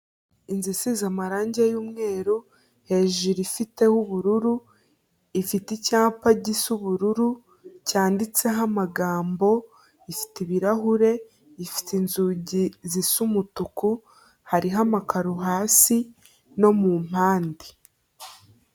Inzu isize amaranjye y umweru no mu mpande